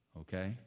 Okay